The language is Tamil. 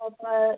அப்போ